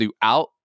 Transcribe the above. throughout